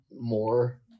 more